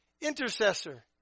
intercessor